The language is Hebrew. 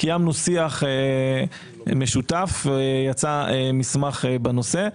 קיימנו שיח משותף, ויצא מסמך בנושא.